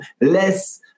less